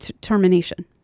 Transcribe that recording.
termination